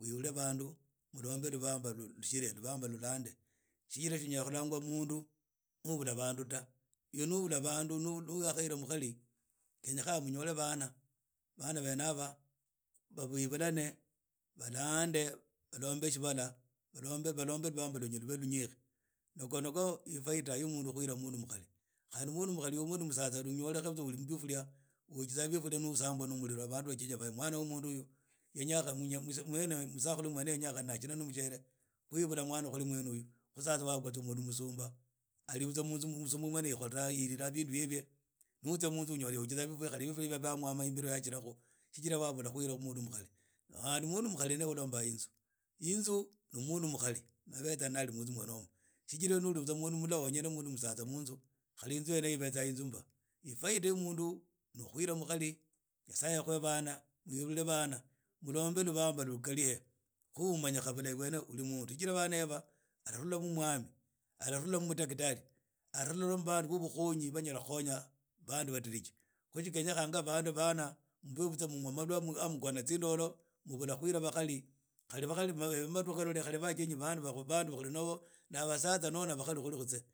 webule bandu mulombe lubambalu lushire lubambalu lande shijira linyala khulangwa mundu ni ubula bandu ta ibe ni obula bandu ni wakhahila mukhari khenyekha munyole bana bana bene yaba bebulane balande balombe shibala balombe lubambalo lwne luve lunyeshi n ingo ngho ifaida yo mundu khuhila mundu mukhari khandi mundu mukhari lwo mundu musatsa alinyolekha uli mubifuria wajiza bifururia ni osambwa na muliro bandu bajenya baya mwana wo mundu uyu yenyakha yene musakhulu mwene yanyekhana shina no mushiere khwibula mwna khuli mwne uyu basatsa bali tsa musumba ali butsa musumba ma yekhola ali tsa musumba na yekhola tsa bindu hib ni utsia munzu unyola bifuria bya mwama tsijira wabula khuhila mwana mukhari na khandi mundu mukahri yibe ni we ulomba inzu inzu ni omundu mukhari na abatsa munzu umwo tsijira na abetsa munzu humwo ni oli mundu musatsa mwnyinemunzu khali inze wene mbeza inzu mbaa ifaida ni khwira mukhali nyasaye akhuhe bana mwebule bana mulombe kubambo lughali khu umanyikha bulahi uli mundu shijira bana ararhula mu mwami ararhula mu mudakitari alarhula mu bandu bandu banyala khukhonya bandu badiriji khutsi khenyekhanga bandu bana mube munywa malwa ha mughona tsindolo mubula khuhila abakhari khali abakhari badukha khale bajenyi bandu bano ni vasatsa anoho ni bakhari khuli khutse.